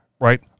right